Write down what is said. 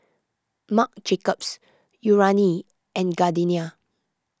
Marc Jacobs Urana and Gardenia